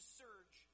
surge